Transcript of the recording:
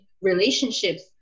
relationships